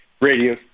radio